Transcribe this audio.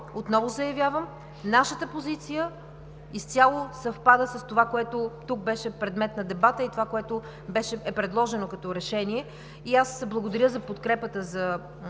отново заявявам, нашата позиция изцяло съвпада с това, което тук беше предмет на дебата, и това, което е предложено като решение. Аз благодаря за подкрепата за